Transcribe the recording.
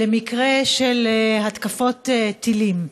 למקרה של התקפות טילים,